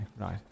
right